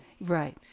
right